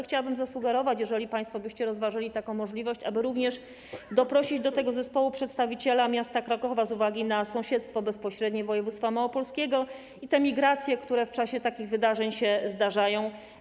Chciałabym zasugerować, jeżeli państwo byście rozważali taką możliwość, aby doprosić do tego zespołu przedstawiciela miasta Krakowa z uwagi na bezpośrednie sąsiedztwo województwa małopolskiego i te migracje, które w czasie takich wydarzeń się zdarzają.